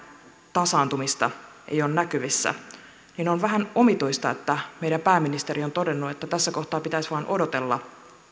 tasaantumista ole näkyvissä niin on vähän omituista että meidän pääministeri on todennut että tässä kohtaa pitäisi vain odotella